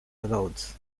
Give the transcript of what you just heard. roads